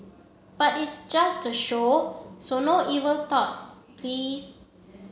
but it's just show so no evil thoughts please